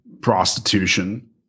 prostitution